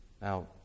Now